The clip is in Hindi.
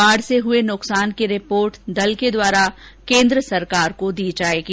बाढ से हुए नुकसान की रिपोर्ट दल द्वारा केंद्र सरकार को सौंपी जाएगी